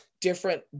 different